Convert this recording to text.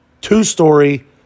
Two-story